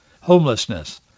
homelessness